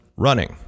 running